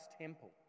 temple